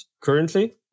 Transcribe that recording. currently